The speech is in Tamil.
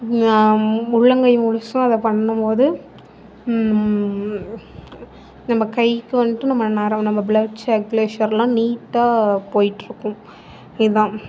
உள்ளங்கை முழுதும் அதை பண்ணும் போது நம்ம கைக்கு வந்துட்டு நம்ம ப்ளட் சர்குலேஷன்லாம் நீட்டாக போய்ட்ருக்கும் இதான்